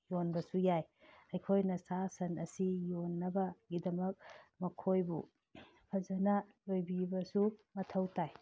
ꯌꯣꯟꯕꯁꯨ ꯌꯥꯏ ꯑꯩꯈꯣꯏꯅ ꯁꯥ ꯁꯟ ꯑꯁꯤ ꯌꯣꯟꯅꯕꯒꯤꯗꯃꯛ ꯃꯈꯣꯏꯕꯨ ꯐꯖꯅ ꯂꯣꯏꯕꯤꯕꯁꯨ ꯃꯊꯧ ꯇꯥꯏ